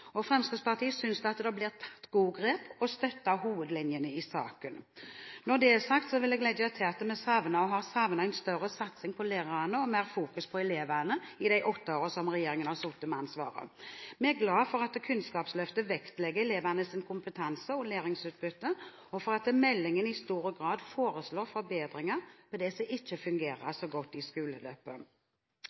meldingen. Fremskrittspartiet synes det blir tatt gode grep og støtter hovedlinjene i saken. Når det er sagt, vil jeg legge til at vi savner og har savnet en større satsing på lærerne og mer fokusering på elevene i de åtte årene som denne regjeringen har sittet med ansvaret. Vi er glade for at Kunnskapsløftet vektlegger elevenes kompetanse og læringsutbytte, og for at meldingen i stor grad foreslår forbedringer på det som ikke fungerer så godt i skoleløpet.